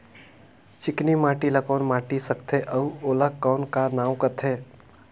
चिकनी माटी ला कौन माटी सकथे अउ ओला कौन का नाव काथे?